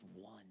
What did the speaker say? one